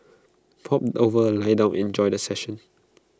pop over lie down and enjoy the session